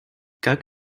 как